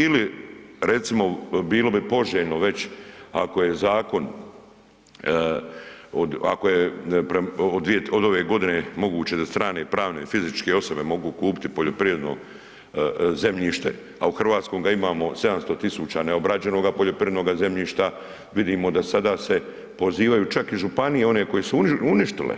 Ili recimo bilo bi poželjno već ako je zakon od, ako je od ove godine moguće da strane pravne i fizičke osobe mogu kupiti poljoprivredno zemljište, a u Hrvatskom ga imamo 700.000 neobrađenoga poljoprivrednoga zemljišta vidimo da sada se pozivaju čak i županije one koje su uništile